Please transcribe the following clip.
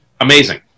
Amazing